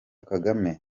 kagame